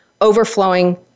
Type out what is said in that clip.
overflowing